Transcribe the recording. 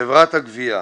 חברת הגבייה,